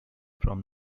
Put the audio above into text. from